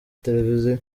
televiziyo